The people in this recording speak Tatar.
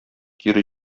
кире